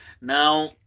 Now